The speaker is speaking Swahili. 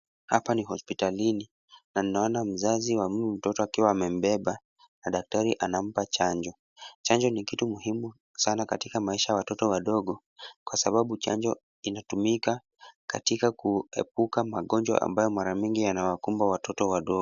Hapa ni hospitalini na naona mzazi wa huyu mtoto akiwa amembeba na daktari anampa chanjo. Chanjo ni kitu muhimu sana katika maisha ya watoto wadogo, kwa sababu chanjo inatumika katika kuepuka magonjwa ambayo mara mingi yanawakumba watoto wadogo.